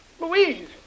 Louise